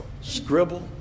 scribble